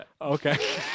Okay